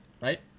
Right